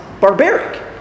barbaric